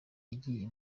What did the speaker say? igiye